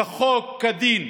כחוק, כדין.